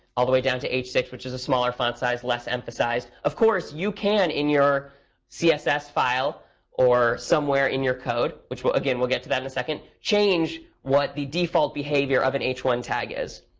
all the way down to h six, which is a smaller font size, less emphasized. of course, you can, in you're css file or somewhere in your code which, again, we'll get to that in a second change what the default behavior of an h one tag is.